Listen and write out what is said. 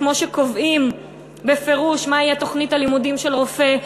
כמו שקובעים בפירוש מה תהיה תוכנית הלימודים של רופא,